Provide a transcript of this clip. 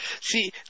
see